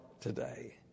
today